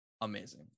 amazing